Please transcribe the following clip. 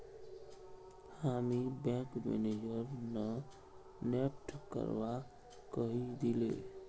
हामी bank manager स NEFT करवा कहइ दिले